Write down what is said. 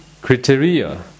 criteria